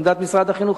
ועמדת משרד החינוך,